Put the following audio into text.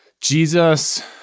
Jesus